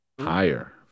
Higher